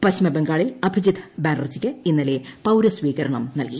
പശ്ചിമ ബംഗാളിൽ അഭിജിത് ബാനർജിക്ക് ഇന്നലെ പൌരസ്വീകരണം നൽകി